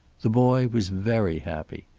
the boy was very happy.